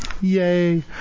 Yay